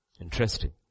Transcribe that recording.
Interesting